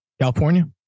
California